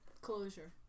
Closure